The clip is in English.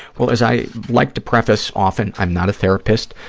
well, as i like to preface often, i'm not a therapist,